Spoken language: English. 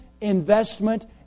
investment